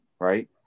right